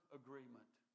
agreement